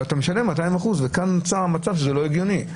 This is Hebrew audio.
ואתה משלם 200%, וכאן נוצר מצב שזה לא הגיוני.